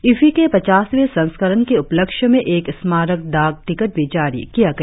IFFI के पचासवें संस्करण के उपलक्ष्य में एक स्मारक डाक टिकट भी जारी किया गया